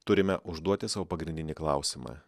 turime užduoti sau pagrindinį klausimą